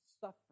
suffer